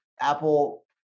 Apple